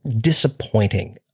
disappointing